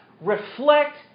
Reflect